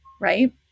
right